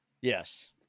Yes